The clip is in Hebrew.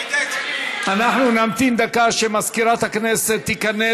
אנחנו נמתין דקה שמזכירת הכנסת תיכנס